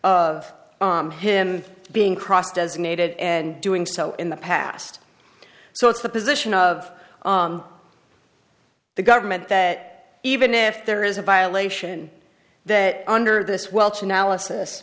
of him being cross designated and doing so in the past so it's the position of the government that even if there is a violation that under this welch analysis